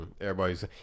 Everybody's